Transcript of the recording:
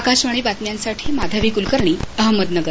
आकाशवाणी बातम्यांसाठी माधवी कुलकर्णी अहमदनगर